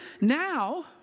now